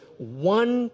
one